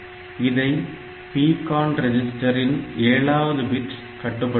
இதை PCON register இன் ஏழாவது பிட் கட்டுப்படுத்துகிறது